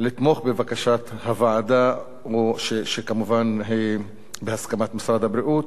לתמוך בבקשת הוועדה, שהיא בהסכמת משרד הבריאות,